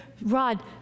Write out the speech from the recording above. rod